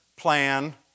plan